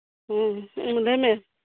ᱦᱮᱸ ᱦᱮᱸ ᱞᱟᱹᱭ ᱢᱮ